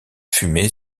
fumée